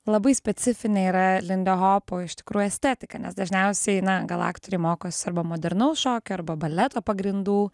labai specifinė yra lindihopo iš tikrųjų estetika nes dažniausiai na gal aktoriai mokosi arba modernaus šokio arba baleto pagrindų